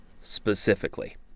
specifically